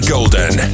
Golden